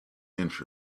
inch